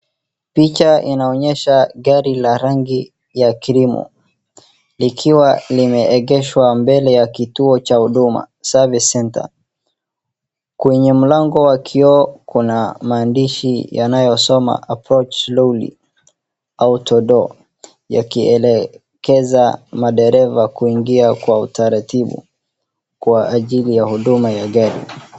Picha linaonyesha gari ya rangi ya krimu likiwa limeegeshwa mbele ya kituo cha huduma service center. Kwenye mlango wa kioo kuna maandishi yanayosoma approach slowly auto-door yakielekeza madera kuingia kwa utaratibu kwa ajili ya huduma ya gari.